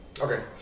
Okay